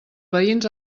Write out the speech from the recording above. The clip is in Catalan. veïns